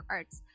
Arts